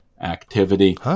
activity